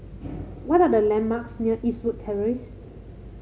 what are the landmarks near Eastwood Terrace